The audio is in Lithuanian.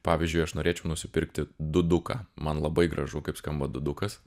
pavyzdžiui aš norėčiau nusipirkti duduką man labai gražu kaip skamba dudukas